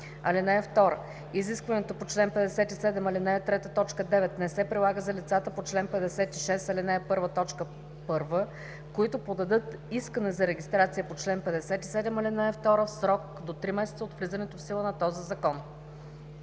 закон. (2) Изискването по чл. 57, ал. 3, т. 9 не се прилага за лицата по чл. 56, ал. 1, т. 1, които подадат искане за регистрация по чл. 57, ал. 2 в срок до 3 месеца от влизането в сила на този закон.“